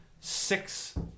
six